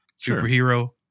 superhero